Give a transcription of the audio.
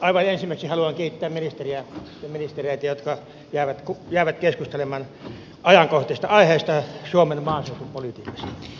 aivan ensimmäiseksi haluan kiittää niitä ministereitä jotka jäävät keskustelemaan ajankohtaisesta aiheesta suomen maaseutupolitiikasta